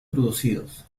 producidos